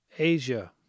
Asia